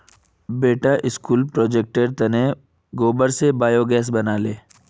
बेटा स्कूल प्रोजेक्टेर तने गोबर स बायोगैस बना ले